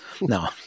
No